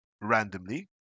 randomly